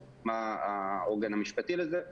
או מה העוגן המשפטי לזה.